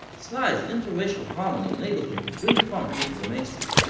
sly's inter-racial harmony enabled him to bring funk into the mainstream,